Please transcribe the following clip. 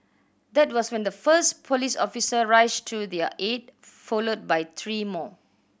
that was when the first police officer rushed to their aid followed by three more